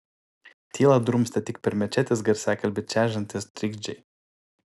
tylą drumstė tik per mečetės garsiakalbį čežantys trikdžiai